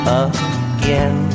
again